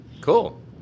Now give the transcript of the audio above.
Cool